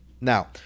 Now